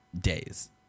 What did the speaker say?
days